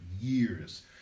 years